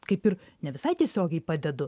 kaip ir ne visai tiesiogiai padedu